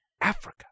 Africa